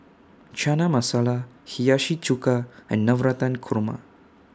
Chana Masala Hiyashi Chuka and Navratan Korma